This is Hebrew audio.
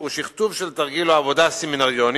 הוא שכתוב של תרגיל או עבודה סמינריונית,